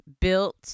built